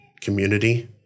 Community